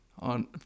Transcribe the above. on